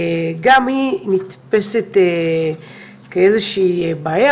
גם היא נתפסת כאיזושהי בעיה.